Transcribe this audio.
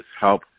help